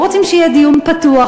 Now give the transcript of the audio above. לא רוצים שיהיה דיון פתוח.